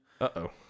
uh-oh